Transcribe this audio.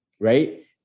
Right